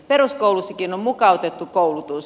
peruskoulussakin on mukautettu koulutus